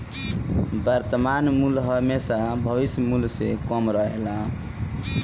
वर्तमान मूल्य हेमशा भविष्य मूल्य से कम रहेला